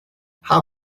how